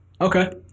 okay